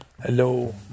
hello